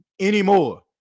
Anymore